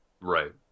Right